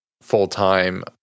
full-time